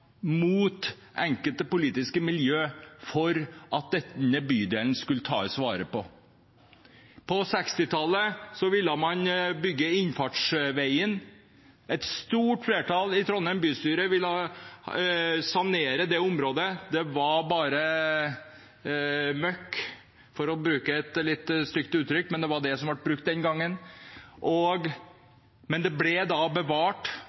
mot enkelte politiske miljø for at denne bydelen skulle tas vare på. På 1960-tallet ville man bygge innfartsveien. Et stort flertall i Trondheim bystyre ville sanere området. Det var bare møkk, for å bruke et litt stygt uttrykk, men det var det man brukte den gangen. Men det ble bevart